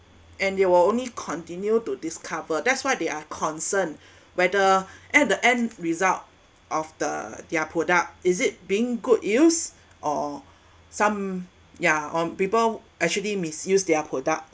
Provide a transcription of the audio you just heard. and they will only continue to discover that's what they are concerned whether at the end result of the their product is it being good use or some yeah on people actually misuse their product